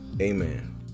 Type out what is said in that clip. Amen